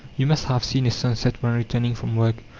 you must have seen a sunset when returning from work.